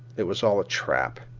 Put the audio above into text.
it was all a trap.